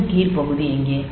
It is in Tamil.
இந்த கீழ் பகுதி எங்கே